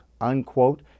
unquote